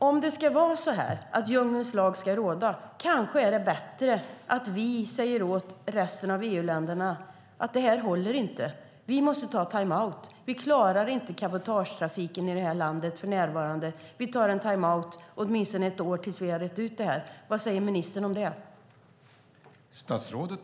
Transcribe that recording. Om det nu ska vara så att djungelns lag ska råda - är det då kanske inte bättre att vi säger åt resten av EU-länderna att detta inte håller? Vi får säga att vi måste ta timeout och att vi inte klarar cabotagetrafiken i det här landet för närvarande. Vi tar en timeout åtminstone ett år till dess att vi har rett ut det här. Vad säger ministern om det?